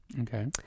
okay